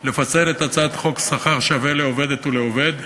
לפצל את הצעת חוק שכר שווה לעובדת ולעובד (תיקון,